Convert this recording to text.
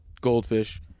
goldfish